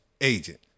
agent